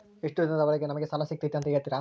ಎಷ್ಟು ದಿನದ ಒಳಗೆ ನಮಗೆ ಸಾಲ ಸಿಗ್ತೈತೆ ಅಂತ ಹೇಳ್ತೇರಾ?